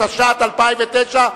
התשס"ט 2009,